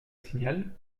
signal